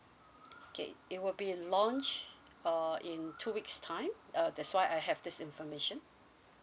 okay it will be launched uh in two weeks time uh that's why I have this information